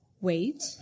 Wait